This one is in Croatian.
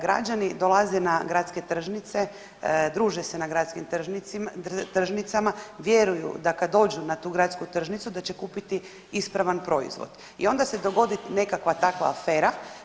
Građani dolaze na gradske tržnice, druže se na gradskim tržnicama, vjeruju da kad dođu na tu gradsku tržnicu da će kupiti ispravan proizvod i onda se dogodi nekakva takva afera.